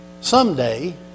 someday